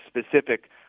specific